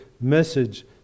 message